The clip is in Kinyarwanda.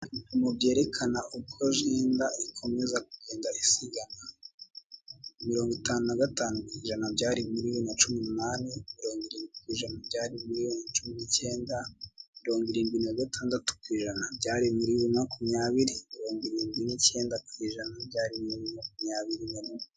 Ibipimo byerekana uko genda ikomeza kugenda isiganwa, mirongo itanu na gatanu ku ijana byari bibiri na cumu n'umunani, mirongo irindwi ku ijana byari muri bibiri na cumi n'icyenda, mirongo irindwi nagatandatu ku ijana byari muri bibiri na makumyabiri, mirongo irindwi n'icyenda ku ijana byari byari muri bibiri na makumyabiri.